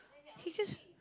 he just